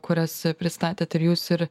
kurias pristatėt ir jūs ir